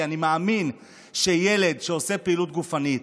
כי אני מאמין שילד שעושה פעילות גופנית,